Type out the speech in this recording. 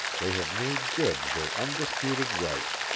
they have made good their undisputed right.